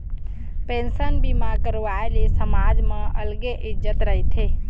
pension बीमा करवाए ले समाज म अलगे इज्जत रहिथे